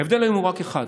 ההבדל היום הוא רק אחד,